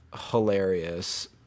hilarious